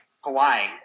Hawaii